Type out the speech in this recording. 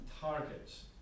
targets